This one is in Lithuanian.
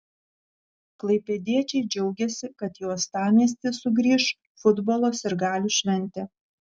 klaipėdiečiai džiaugėsi kad į uostamiestį sugrįš futbolo sirgalių šventė